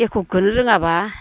एक'खौनो रोङाबा